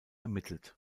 ermittelt